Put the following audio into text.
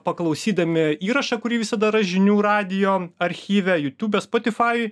paklausydami įrašą kurį visada ras žinių radijo archyve jutube spotifajuj